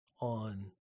on